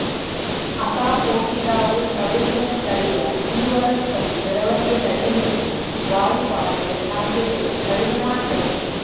ಅಸಾಫೋಟಿಡಾವು ಕರುಳಿನ ಸ್ಥಳೀಯ ಕಿರುವನಸ್ಪತಿ ಬೆಳವಣಿಗೆ ತಡೆಹಿಡಿದು ವಾಯುಬಾಧೆಯ ಸಾಧ್ಯತೆನ ಕಡಿಮೆ ಮಾಡ್ತದೆ